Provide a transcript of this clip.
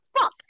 fuck